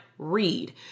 Read